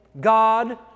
God